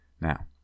Now